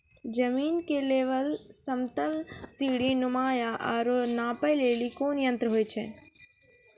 जमीन के लेवल समतल सीढी नुमा या औरो नापै लेली कोन यंत्र होय छै?